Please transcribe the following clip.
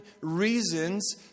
reasons